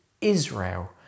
Israel